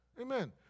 Amen